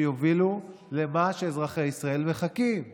והם יובילו למה שאזרחי ישראל מחכים לו.